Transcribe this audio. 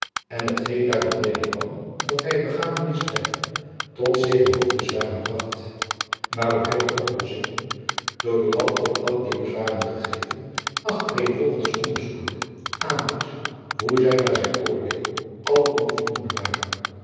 en t geen daarop neder kwam dat hy het begane misdrijf tot zeven hoofdbezwaren bracht waarop hy de oplossingen door buat op elk dier bezwaren gegeven achtereenvolgends onderzoekende aanwees hoe zy naar zijn oordeel alle onvoldoende waren